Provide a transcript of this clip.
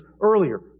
earlier